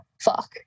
fuck